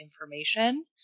information